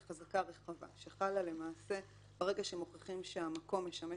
היא חזקה רחבה שחלה למעשה ברגע שמוכיחים שהמקום משמש